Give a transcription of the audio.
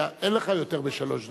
בבקשה, אין לך יותר משלוש דקות.